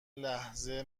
لحظه